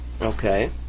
Okay